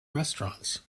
restaurants